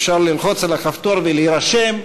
אפשר ללחוץ על הכפתור ולהירשם,